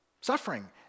suffering